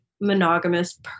monogamous